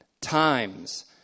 times